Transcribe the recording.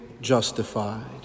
justified